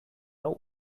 hau